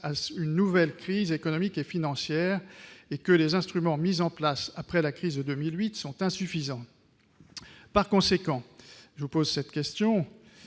ce une nouvelle crise économique et financière et que les instruments mis en place après la crise de 2008 sont insuffisants, par conséquent, je vous pose cette question